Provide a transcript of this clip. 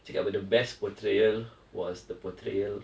cakap about the best potrayal was the portrayal